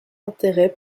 intérêt